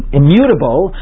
immutable